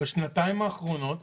בשנתיים האחרונות